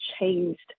changed